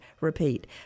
Repeat